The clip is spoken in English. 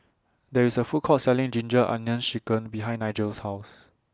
There IS A Food Court Selling Ginger Onions Chicken behind Nigel's House